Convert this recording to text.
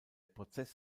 prozess